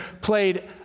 played